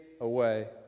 away